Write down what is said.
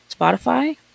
Spotify